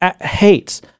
hates